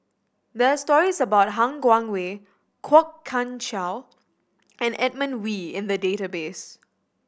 there are stories about Han Guangwei Kwok Kian Chow and Edmund Wee in the database